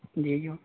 جی جو